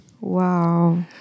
Wow